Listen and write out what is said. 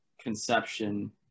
conception